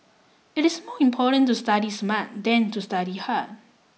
It is more important to study smart than to study hard